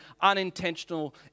unintentional